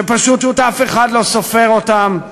שפשוט אף אחד לא סופר אותם,